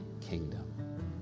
kingdom